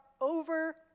over-